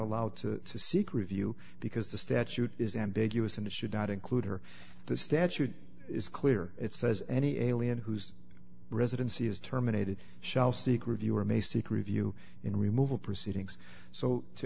allowed to seek review because the statute is ambiguous and should not include her the statute is clear it says any alien whose residency is terminated shall seek review or may seek review in remove the proceedings so to